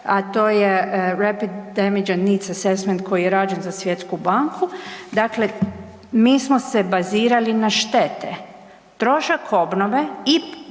a to je Rapid emergency need assessment koji je rađen za Svjetsku banku, dakle mi smo se bazirali na štete. Trošak obnove i